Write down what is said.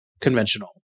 conventional